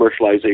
commercialization